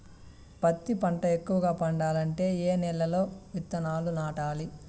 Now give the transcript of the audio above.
పత్తి పంట ఎక్కువగా పండాలంటే ఏ నెల లో విత్తనాలు నాటాలి?